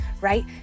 right